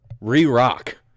re-rock